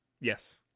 Yes